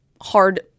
hard